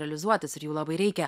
realizuotis ir jų labai reikia